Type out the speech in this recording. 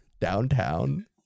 downtown